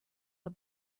the